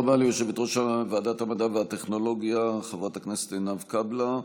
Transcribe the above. תודה רבה ליושבת-ראש ועדת המדע והטכנולוגיה חברת הכנסת עינב קאבלה.